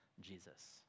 Jesus